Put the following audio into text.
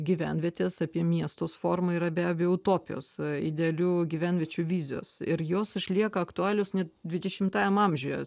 gyvenvietes apie miestus forma yra be abejo utopijos idealių gyvenviečių vizijos ir jos išlieka aktualios net dvidešimtajam amžiuje